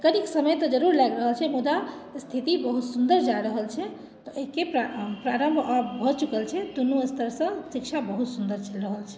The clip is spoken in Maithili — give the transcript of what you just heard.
कनिक समय तऽ जरूर लागि रहल छै मुदा स्थिति बहुत सुन्दर जा रहल छै तऽ एहिके प्रा प्रारम्भ आब भऽ चुकल छै दुनू स्तरसँ शिक्षा बहुत सुन्दर चलि रहल छै